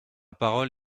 parole